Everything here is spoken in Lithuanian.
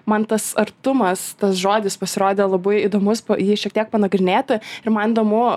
man tas artumas tas žodis pasirodė labai įdomus jį šiek tiek panagrinėti ir man įdomu